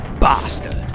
Bastard